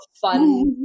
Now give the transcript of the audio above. fun